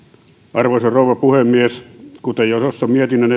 arvoisa rouva puhemies kuten jo tuossa mietinnön